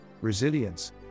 resilience